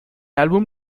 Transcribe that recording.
álbum